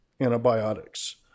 antibiotics